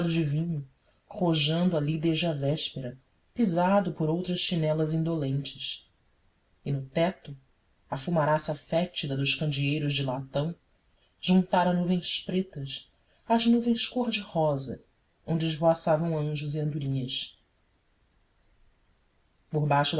vinho rojando ali desde a véspera pisado por outras chinelas indolentes e no teto a fumaraça fétida dos candeeiros de latão juntara nuvens pretas as nuvens cor-de-rosa onde esvoaçavam anjos e andorinhas por baixo